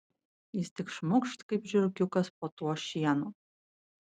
jis tik šmukšt kaip žiurkiukas po tuo šienu